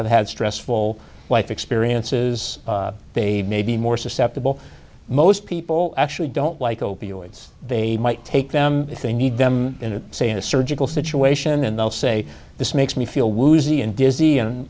have had stressful life experiences they may be more susceptible most people actually don't like opioids they might take them if they need them in a say in a surgical situation and they'll say this makes me feel woozy and